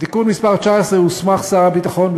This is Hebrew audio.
בתיקון מס' 19 הוסמך שר הביטחון,